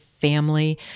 family